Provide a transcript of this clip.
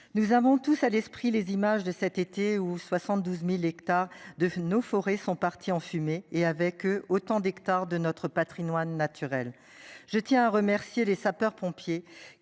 Nous avons tous à l'esprit les images de cet été ou 72.000 hectares de nos forêts sont partis en fumée et avec eux, autant d'hectares de notre Patrimoine naturel. Je tiens à remercier les sapeurs pompiers